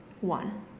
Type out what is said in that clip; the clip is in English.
one